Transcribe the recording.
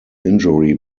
injury